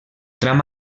tram